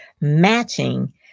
matching